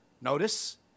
Notice